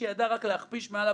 גם על זה